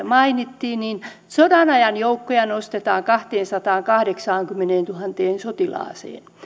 mainittiin niin sodanajan joukkoja nostetaan kahteensataankahdeksaankymmeneentuhanteen sotilaaseen